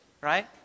Right